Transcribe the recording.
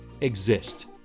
exist